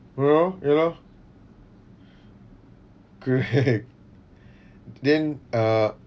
ya loh ya loh correct then uh